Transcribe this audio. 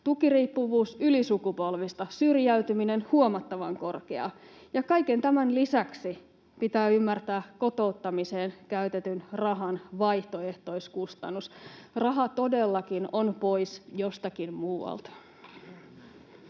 tukiriippuvuus ylisukupolvista, syrjäytyminen huomattavan korkeaa. Ja kaiken tämän lisäksi pitää ymmärtää kotouttamiseen käytetyn rahan vaihtoehtoiskustannus. Raha todellakin on pois jostakin muualta.